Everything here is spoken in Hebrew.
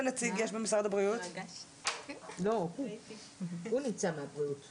אני אנסה להתייחס לנושא בקיצור.